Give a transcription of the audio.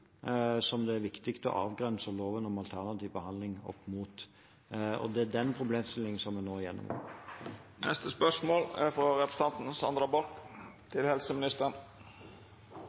som det er viktig å avgrense loven om alternativ behandling opp mot. Det er den problemstillingen som vi nå gjennomgår. «Universitetssykehuset Nord-Norge har planer om å fjerne ambulansestasjonene på Stonglandseidet og i Gryllefjord samt å fjerne dagtilbudet til